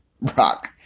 Rock